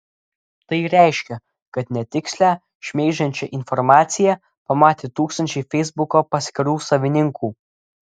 tai reiškia kad netikslią šmeižiančią informaciją pamatė tūkstančiai feisbuko paskyrų savininkų